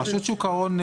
רשות שוק ההון,